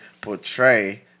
portray